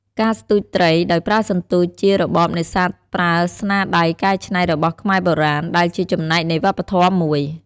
ការស្ទូចត្រីដោយប្រើសន្ទូច ជារបបនេសាទប្រើស្នាដៃកែច្នៃរបស់ខ្មែរបុរាណ ដែលជាចំណែកនៃវប្បធម៌មួយ។